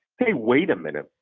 hey, wait a minute.